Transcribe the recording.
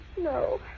No